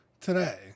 today